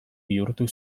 bihurtu